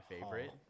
favorite